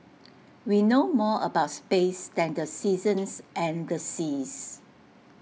we know more about space than the seasons and the seas